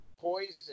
poison